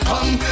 Come